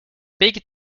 big